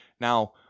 Now